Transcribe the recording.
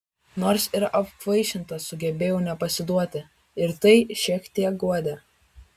nors ir apkvaišinta sugebėjau nepasiduoti ir tai šiek tiek guodė